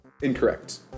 Incorrect